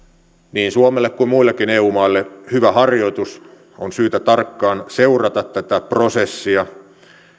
niin suomelle kuin muillekin eu maille hyvä harjoitus on syytä tarkkaan seurata tätä prosessia